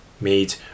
made